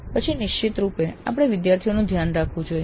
પછી નિશ્ચિતરૂપે આપણે વિદ્યાર્થીઓનું ધ્યાન રાખવું જોઈએ